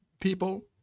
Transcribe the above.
people